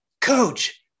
coach